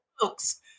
folks